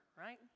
right